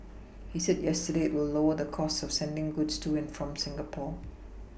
he said yesterday it will lower the costs of sending goods to and from Singapore